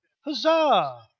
Huzzah